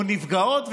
או נפגעות,